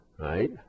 Right